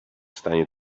stanie